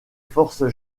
forces